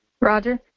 Roger